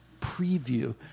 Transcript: preview